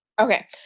Okay